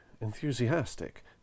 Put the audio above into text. enthusiastic